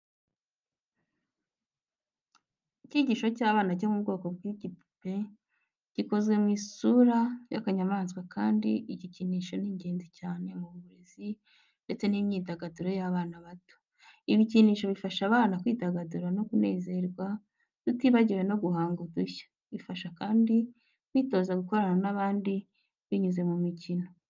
Igikinisho cy’abana cyo mu bwoko bw'ibipupe gikoze mu isura y'akanyamaswa kandi iki gikinisho ni ingenzi cyane mu burezi ndetse n’imyidagaduro y’abana bato. Ibikinisho bifasha abana kwidagadura no kunezerwa tutibagiwe no guhanga udushya. Bibafasha kandi kwitoza gukorana n’abandi binyuze mu mikino.